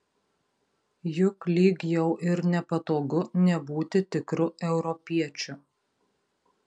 juk lyg jau ir nepatogu nebūti tikru europiečiu